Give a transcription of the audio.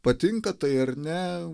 patinka tai ar ne